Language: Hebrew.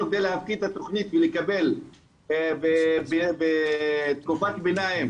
כדי להפקיד את התכנית ולקבל תקופת ביניים.